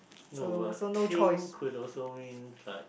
no but kin could also mean like